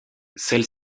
celle